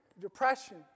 depression